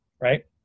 right